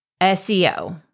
SEO